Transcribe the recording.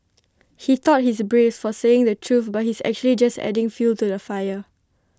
he thought he's brave for saying the truth but he's actually just adding fuel to the fire